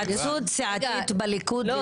סיעת רע"מ לא